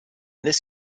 this